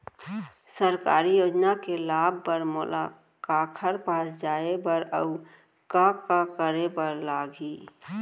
सरकारी योजना के लाभ बर मोला काखर पास जाए बर अऊ का का करे बर लागही?